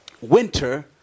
winter